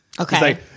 Okay